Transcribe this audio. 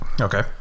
okay